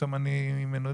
פתאום אני מנודה.